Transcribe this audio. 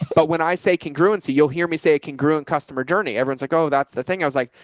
but when i say congruency, you'll hear me say it can grow in customer journey. everyone's like, oh, that's the thing. i was like,